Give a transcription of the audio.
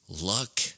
luck